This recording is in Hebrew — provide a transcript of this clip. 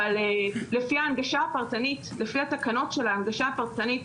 לפי התקנות של ההנגשה הפרטנית,